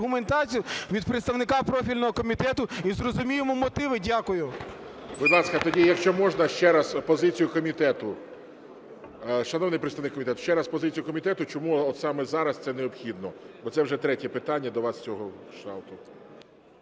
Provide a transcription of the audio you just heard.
аргументацію від представника профільного комітету і зрозуміємо мотиви. Дякую. ГОЛОВУЮЧИЙ. Будь ласка, тоді, якщо можна, ще раз позицію комітету. Шановний представник комітету, ще раз позицію комітету, чому саме зараз це необхідно, бо це вже третє питання до вас з цього…